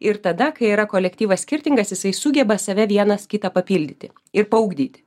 ir tada kai yra kolektyvas skirtingas jisai sugeba save vienas kitą papildyti ir paugdyti